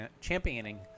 championing